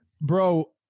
bro